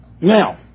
Now